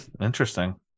interesting